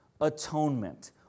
atonement